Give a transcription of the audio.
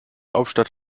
hauptstadt